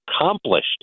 accomplished